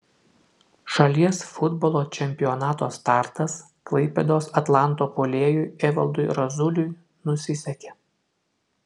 šalies futbolo čempionato startas klaipėdos atlanto puolėjui evaldui razuliui nusisekė